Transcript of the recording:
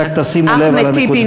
רק תשימו לב לנקודה הזאת.